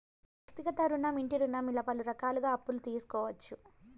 వ్యక్తిగత రుణం ఇంటి రుణం ఇలా పలు రకాలుగా అప్పులు తీసుకోవచ్చు